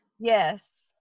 Yes